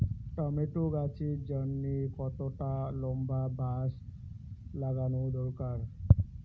Tomato গাছের জন্যে কতটা লম্বা বাস লাগানো দরকার?